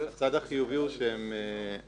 כיום שוררת אי-ודאות מאוד מאוד גדולה בנוגע